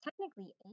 technically